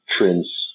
trends